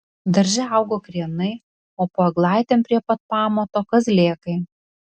darže augo krienai o po eglaitėm prie pat pamato kazlėkai